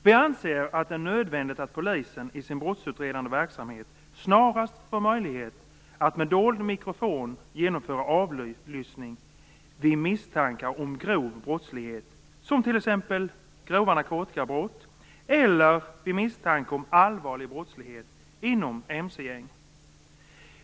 Vi anser att det är nödvändigt att polisen i sin brottsutredande verksamhet snarast får möjlighet att med dold mikrofon genomföra avlyssning vid misstankar om grov brottslighet - t.ex. vid grova narkotikabrott eller vid misstanke om allvarlig brottslighet inom mc-gäng.